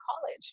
college